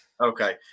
Okay